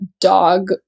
dog